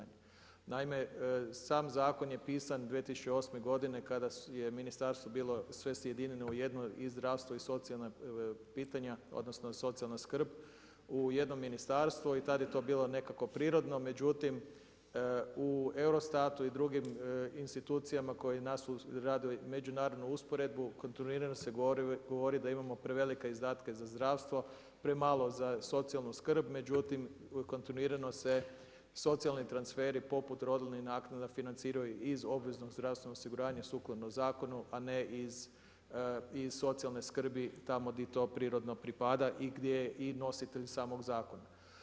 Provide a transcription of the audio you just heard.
Naime, sam zakon je pisan 2008. godine kada je ministarstvo bilo sve sjedinjeno u jedno, i zdravstvo i socijalna pitanja, odnosno socijalna skrb u jedno ministarstvo i tad je to bilo nekako prirodno, međutim u EUROSTAT-u i drugim institucijama koje kod nas su radili međunarodnu usporedbu, kontinuirano se govori da imamo prevelike izdatke za zdravstvo, premalo za socijalnu skrb, međutim kontinuirano se socijalni transferi poput rodiljnih naknada financiraju iz obveznog zdravstvenog osiguranja sukladno zakonu a ne iz socijalne skrbi tamo di to prirodno pripada i gdje je i nositelj samog zakona.